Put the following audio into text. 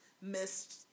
missed